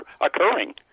occurring